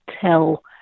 tell